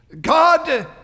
God